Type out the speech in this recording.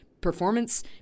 performance